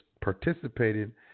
participated